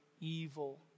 evil